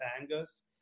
Angus